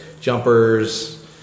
jumpers